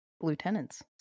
lieutenants